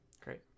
Great